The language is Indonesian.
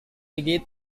ingin